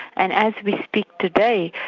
and as we speak today,